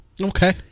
Okay